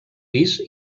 pis